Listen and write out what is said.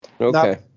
Okay